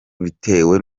bitewe